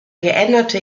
geänderte